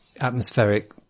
Atmospheric